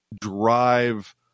drive